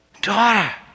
daughter